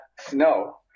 Snow